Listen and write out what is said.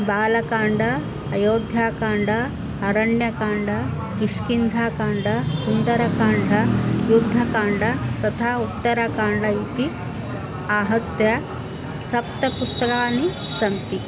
बालकाण्डं अयोध्याकाण्डम् अरण्यकाण्डं किष्किन्धाकाण्डं सुन्दरकाण्डं युद्धकाण्डं तथा उत्तरकाण्डम् इति आहत्य सप्तपुस्तकानि सन्ति